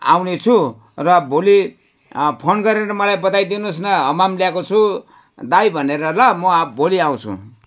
आउनेछु र भोलि फोन गरेर मलाई बताइदिनु होस् न हमाम ल्याएको छु दाइ भनेर ल म अब भोलि आउँछु